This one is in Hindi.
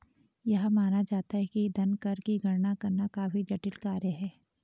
यह माना जाता है कि धन कर की गणना करना काफी जटिल कार्य है